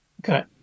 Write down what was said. Okay